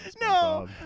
no